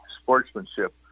sportsmanship